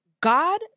God